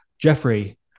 Jeffrey